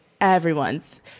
everyone's